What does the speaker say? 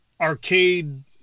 arcade